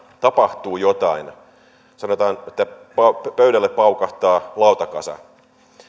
tapahtuu jotain sanotaan että pöydälle paukahtaa lautakasa